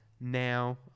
now